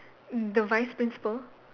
the vice principal